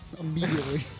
immediately